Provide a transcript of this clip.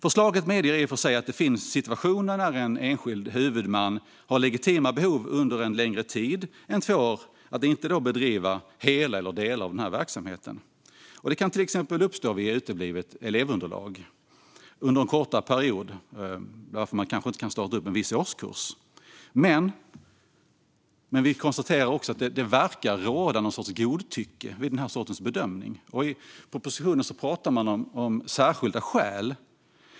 Förslaget medger i och för sig att det finns situationer när en enskild huvudman har legitima behov av att under en längre tid än två år inte bedriva hela eller delar av verksamheten. Det kan uppstå vid uteblivet elevunderlag under en kortare period, till exempel när man inte har kunnat starta en viss årskurs. Vi konstaterar också att det verkar råda något slags godtycke vid den sortens bedömning. I propositionen pratar man om särskilda skäl.